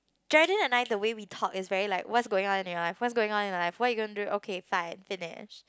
Geraldine and I the way we talk is very like what's going on in your life what's going on in life what you're gonna do okay fine finish